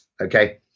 Okay